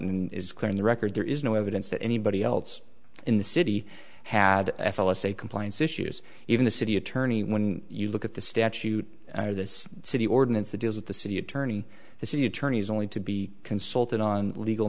and is clear in the record there is no evidence that anybody else in the city had f l s a compliance issues even the city attorney when you look at the statute or this city ordinance that deals with the city attorney the city attorneys only to be consulted on legal